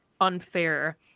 unfair